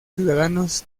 ciudadanos